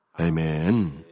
Amen